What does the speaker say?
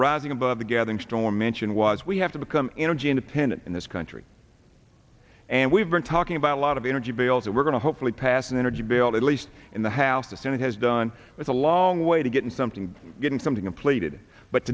rising above the gathering storm mentioned was we have to become energy independent in this country and we've been talking about a lot of energy bills that we're going to hopefully pass an energy bill that least in the house the senate has done it's a long way to getting something and getting something